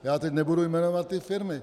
Já teď nebudu jmenovat ty firmy.